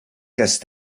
casse